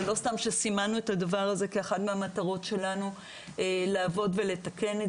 זה לא סתם שסימנו את הדבר הזה כאחת מהמטרות שלנו לעבוד ולתקן.